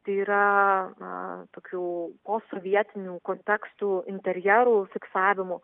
tai yra na tokių posovietinių kontekstų interjerų fiksavimu